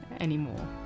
anymore